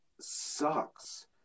sucks